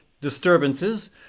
disturbances